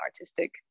artistic